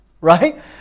right